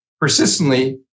persistently